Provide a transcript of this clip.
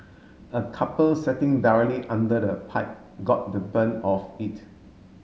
a couple setting directly under the pipe got the brunt of it